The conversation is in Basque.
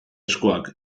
eskuak